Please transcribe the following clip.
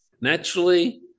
Naturally